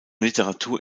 literatur